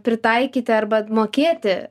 pritaikyti arba mokėti